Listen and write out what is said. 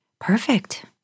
Perfect